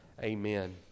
amen